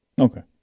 Okay